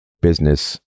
business